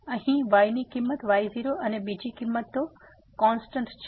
તેથી અહીં y ની કિંમત y0 અને બીજી બધી કિંમતો કોન્સ્ટેન્ટ છે